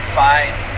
find